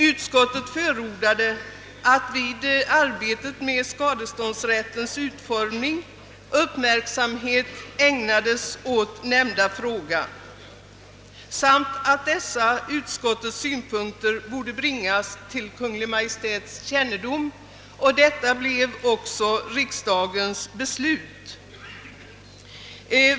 Utskottet förordade att vid arbetet med skadeståndsrättens utformning uppmärksamhet ägnades åt nämnda fråga samt att dessa utskottets synpunkter borde bringas till Kungl. Maj:ts kännedom, Detta blev också riksdagens beslut.